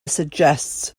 suggests